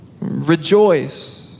rejoice